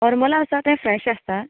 हरमल आसा तें फ्रेश आसता